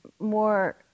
more